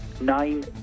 nine